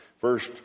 First